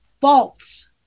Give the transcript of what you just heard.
false